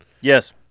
yes